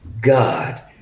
God